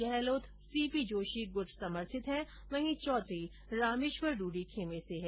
Gehlot C P Joshi गुट समर्थित हैं वहीं चौधरी रामेश्वर डूडी खेमे से है